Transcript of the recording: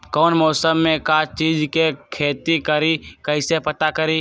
कौन मौसम में का चीज़ के खेती करी कईसे पता करी?